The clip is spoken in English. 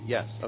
Yes